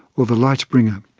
or the light bringer.